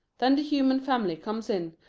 then the human family comes in,